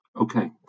Okay